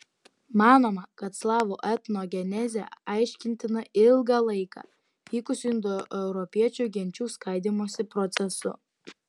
manoma kad slavų etnogenezė aiškintina ilgą laiką vykusiu indoeuropiečių genčių skaidymosi procesu